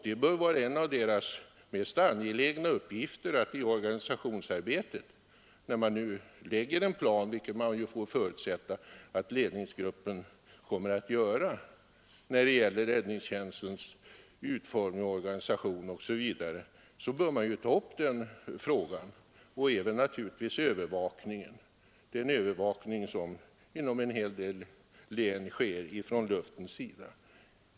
Det bör vara en av ledningsgruppernas mest angelägna uppgifter att lägga upp planer för skogsbrandskyddet, naturligtvis inklusive den övervakning som i en hel del län sker från luften.